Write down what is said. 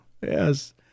Yes